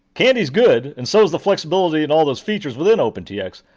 candy's good and so's the flexibility and all those features within opentx.